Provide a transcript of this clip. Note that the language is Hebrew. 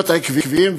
להיות עקביים,